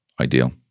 ideal